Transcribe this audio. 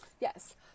Yes